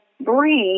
breathe